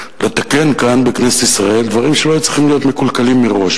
לתקן כאן בכנסת ישראל דברים שלא היו צריכים להיות מקולקלים מראש,